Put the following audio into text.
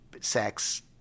sex